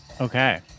Okay